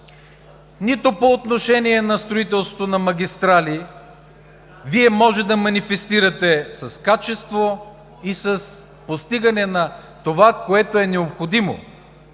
Нито по отношение на строителството на магистрали Вие може да манифестирате с качество и с постигане на това, което е необходимо